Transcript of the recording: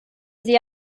sie